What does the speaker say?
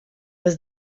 was